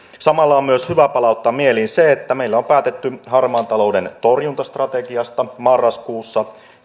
samalla on myös hyvä palauttaa mieliin se että meillä on on päätetty harmaan talouden torjuntastrategiasta marraskuussa